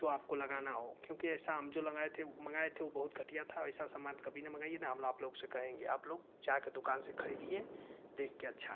जो आपको लगाना हो क्योंकि ऐसा हम जो लगाए थे मंगाए थे वो बहुत घटिया था ऐसा समान कभी न मंगाइए न हम आप लोग से कहेंगे आप लोग जा कर दुकान से खरीदिए देख कर अच्छा